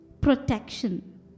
protection